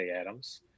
Adams